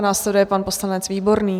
Následuje pan poslanec Výborný.